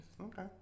Okay